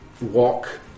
walk